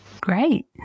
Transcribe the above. Great